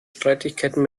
streitigkeiten